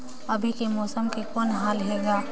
अभी के मौसम के कौन हाल हे ग?